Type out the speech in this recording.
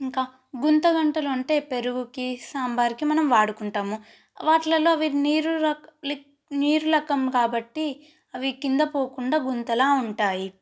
ఇంకా గుంతగెరిటలు అంటే పెరుగుకి సాంబార్కి మనం వాడుకుంటాము వాటిల్లో అవి నీరు రకం లిక్వి నీరు రకం కాబట్టి అవి కింద పోకుండా గుంతలా ఉంటాయి